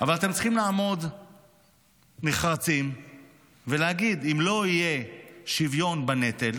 אבל אתם צריכים לעמוד נחרצים ולהגיד: אם לא יהיה שוויון בנטל